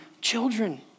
children